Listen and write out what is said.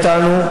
איתנו,